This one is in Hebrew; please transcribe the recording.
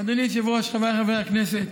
אדוני היושב-ראש, חבריי חברי הכנסת,